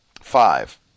five